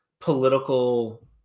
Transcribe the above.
political